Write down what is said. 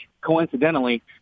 coincidentally